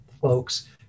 folks